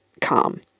calm